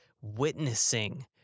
witnessing